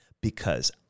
because